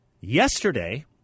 Yesterday